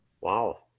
Wow